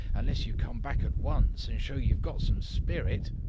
unless you come back at once and show you've got some spirit.